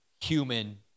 human